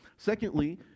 Secondly